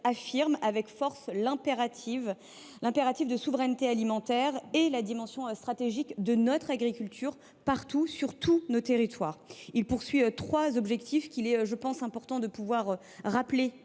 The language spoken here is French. affirme avec force l’impératif de souveraineté alimentaire et la dimension stratégique de notre agriculture, partout, sur tous nos territoires. Il vise trois objectifs, qu’il est important de rappeler